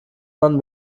man